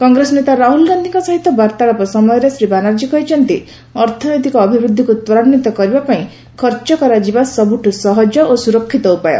କଂଗ୍ରେସ ନେତା ରାହୁଳ ଗାନ୍ଧୀଙ୍କ ସହିତ ବାର୍ତ୍ତାଳାପ ସମୟରେ ଶ୍ରୀ ବାନାର୍ଜୀ କହିଛନ୍ତି ଅର୍ଥନୈତିକ ଅଭିବୃଦ୍ଧିକୁ ତ୍ୱରାନ୍ୱିତ କରିବା ପାଇଁ ଖର୍ଚ୍ଚ କରାଯିବା ସବୁଠୁ ସହଜ ଓ ସୁରକ୍ଷିତ ଉପାୟ